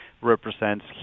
represents